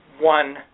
one